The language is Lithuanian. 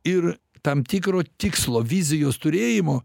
ir tam tikro tikslo vizijos turėjimo